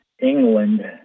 England